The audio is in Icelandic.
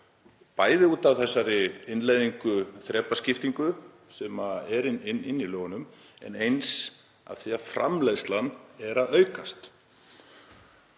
bæði út af þessari innleiðingu, þrepaskiptingu sem er inni í lögunum, en eins af því að framleiðslan er að aukast.